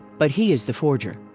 but he is the forger.